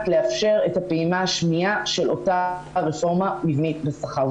לאפשר את הפעימה השנייה של אותה הרפורמה המבנית בשכר.